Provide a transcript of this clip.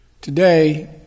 Today